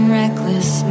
reckless